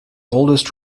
oldest